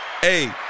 Hey